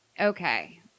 okay